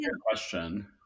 question